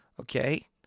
Okay